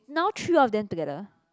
now three of them together